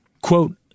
Quote